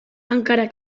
encara